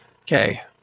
Okay